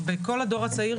ובכל הדור הצעיר,